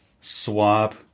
swap